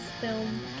film